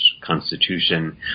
constitution